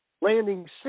landing